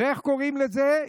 איך קוראים לזה?